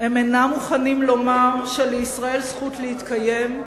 הם אינם מוכנים לומר שלישראל זכות להתקיים,